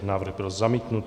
Návrh byl zamítnut.